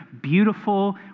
beautiful